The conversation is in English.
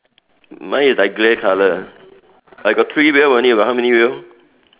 mine is like grey colour I got three wheel only you got how many wheel